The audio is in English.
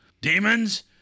Demons